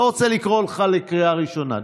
לא רוצה לקרוא אותך קריאה ראשונה.